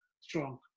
Strong